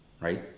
right